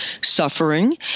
suffering